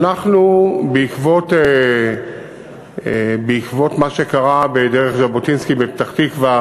בעקבות מה שקרה בדרך ז'בוטינסקי בפתח-תקווה